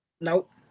Nope